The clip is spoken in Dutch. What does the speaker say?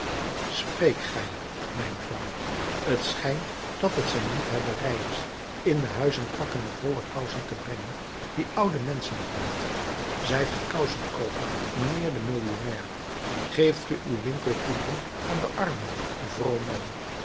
spreek gij mijn vrouw t schijnt dat het zijn liefhebberij is in de huizen pakken met wollen kousen te brengen die oude menschenvriend zijt ge kousenkooper mijnheer de millionair geeft ge uw winkelgoederen aan de armen vroom man